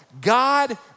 God